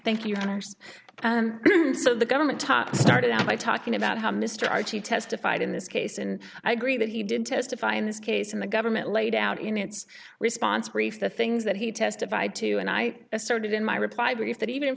so the government top started out by talking about how mr archie testified in this case and i agree that he did testify in this case and the government laid out in its response brief the things that he testified to and i asserted in my reply brief that even if